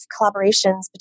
collaborations